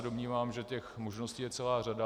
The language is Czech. Domnívám se, že možností je celá řada.